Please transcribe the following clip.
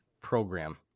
program